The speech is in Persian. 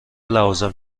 لوازم